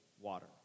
water